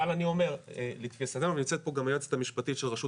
נמצאת פה גם היועצת המשפטית של רשות